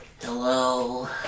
Hello